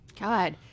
God